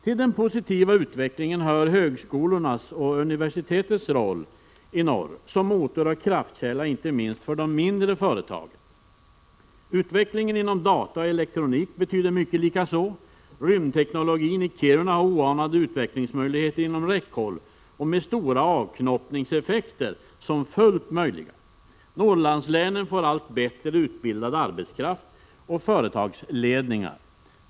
Till den positiva utvecklingen hör högskolornas och universitetets roll som motor och kraftkälla inte minst för de mindre företagen. Utvecklingen inom data och elektronik betyder likaså mycket. Rymdteknologin i Kiruna har oanade utvecklingsmöjligheter inom räckhåll, med stora avknoppningseffekter som fullt möjliga. Norrlandslänen får allt bättre utbildad arbetskraft och bättre företagsledningar.